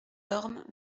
ormes